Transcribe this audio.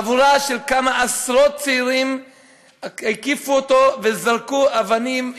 חבורה של כמה עשרות צעירים הקיפו אותו וזרקו אבנים,